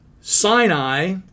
Sinai